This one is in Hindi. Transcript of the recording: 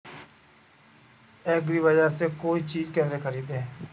एग्रीबाजार से कोई चीज केसे खरीदें?